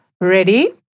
ready